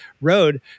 road